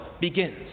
begins